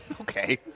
Okay